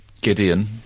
Gideon